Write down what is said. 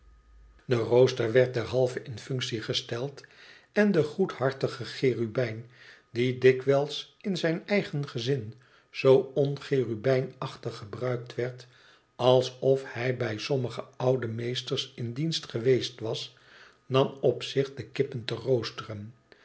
de rooster werd derhalve in functie gesteld en de goedhartige cherubijn die dikwijls in zijn eigen gezin zoo oncherubijnachtig gebruikt werd alsoifhij bij sommige oude meesters in dienst geweest was nam op zich de kippen te roosteren